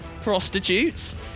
Prostitutes